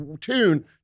tune